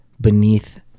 beneath